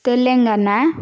Telangana